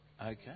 Okay